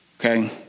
Okay